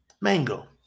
Mango